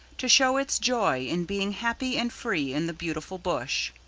to show its joy in being happy and free in the beautiful bush.